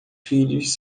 filhos